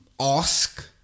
Ask